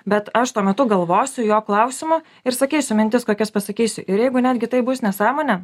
bet aš tuo metu galvosiu jo klausimą ir sakysiu mintis kokias pasakysiu ir jeigu netgi tai bus nesąmonė